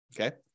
Okay